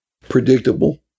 Predictable